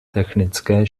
technické